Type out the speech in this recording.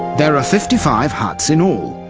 there are fifty five huts in all,